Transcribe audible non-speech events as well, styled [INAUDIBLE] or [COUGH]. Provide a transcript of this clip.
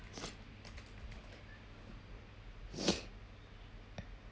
[BREATH]